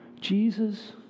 Jesus